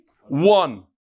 One